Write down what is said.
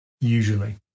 usually